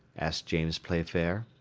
asked james playfair.